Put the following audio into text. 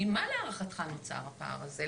ממה, להערכתך, נוצר הפער הזה?